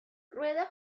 rueda